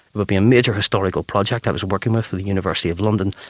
would be a major historical project, i was working with with the university of london.